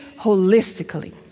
holistically